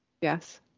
Yes